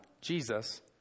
Jesus